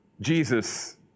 Jesus